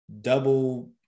double